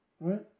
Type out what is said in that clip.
right